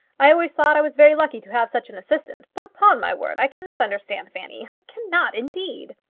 i always thought i was very lucky to have such an assistant. but upon my word i cannot understand fanny i cannot indeed.